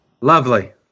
Lovely